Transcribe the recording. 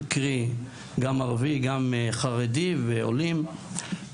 קרי גם ערבי, גם חרדי ועולים